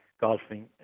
golfing